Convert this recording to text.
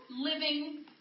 living